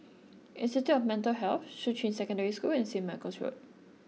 Institute of Mental Health Shuqun Secondary School and St Michael's Road